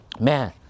Man